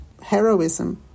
heroism